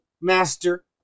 master